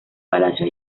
palacio